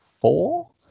four